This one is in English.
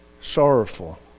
sorrowful